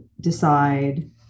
decide